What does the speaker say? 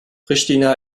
pristina